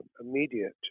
immediate